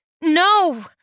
No